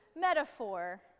metaphor